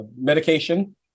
medication